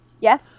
Yes